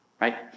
Right